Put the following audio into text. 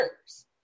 years